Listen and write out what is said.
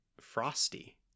frosty